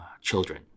children